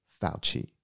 Fauci